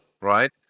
right